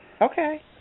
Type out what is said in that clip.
Okay